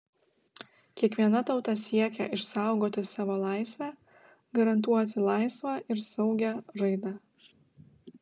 kiekviena tauta siekia išsaugoti savo laisvę garantuoti laisvą ir saugią raidą